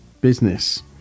business